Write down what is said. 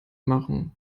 machen